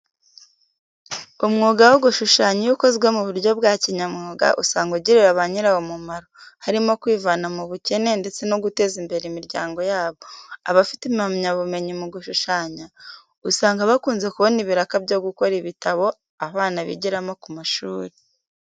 Umwuga wo gushushanya iyo ukozwe mu buryo bwa kinyamwuga usanga ugirira ba nyirawo umumaro, harimo kwivana mu bukene ndetse no guteza imbere imiryango yabo. Abafite impamyabumyenyi mu gushushanya, usanga bakunze kubona ibiraka byo gukora ibitabo abana bigiramo ku mashuri.